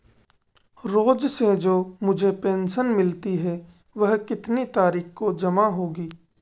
रोज़ से जो मुझे पेंशन मिलती है वह कितनी तारीख को जमा होगी?